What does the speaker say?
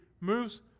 moves